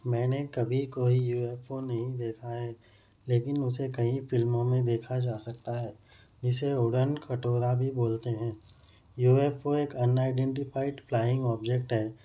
میں نے کبھی کوئی یو ایف او نہیں دیکھا ہے لیکن اسے کئی فلموں میں دیکھا جا سکتا ہے جسے اڑن کھٹولا بھی بولتے ہیں یو ایف او ایک انآئیڈینٹیفائڈ فلائنگ آبجیکٹ ہے